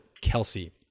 Kelsey